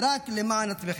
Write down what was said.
רק למען עצמכם.